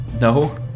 No